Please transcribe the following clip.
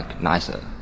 nicer